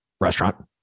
restaurant